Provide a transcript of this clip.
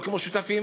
לא כמו שותפים.